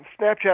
Snapchat